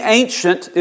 ancient